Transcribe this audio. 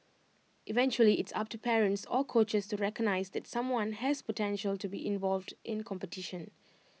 eventually it's up to parents or coaches to recognise that someone has potential to be involved in competition